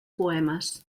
poemes